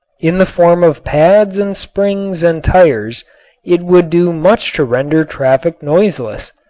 in the form of pads and springs and tires it would do much to render traffic noiseless.